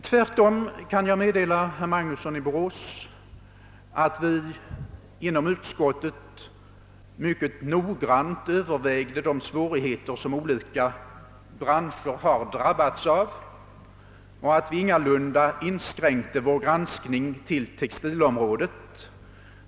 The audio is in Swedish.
Jag kan meddela herr Magnusson att vi tvärtom inom utskottet mycket noggrant övervägde de svårigheter som olika branscher har drabbats av och att vi ingalunda inskränkte vår granskning till textilområdet.